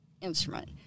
instrument